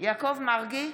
יעקב מרגי,